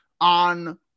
on